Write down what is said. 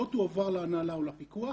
לא תועבר להנהלה או לפיקוח.